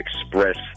express